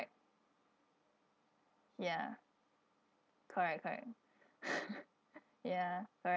ya correct correct ya correct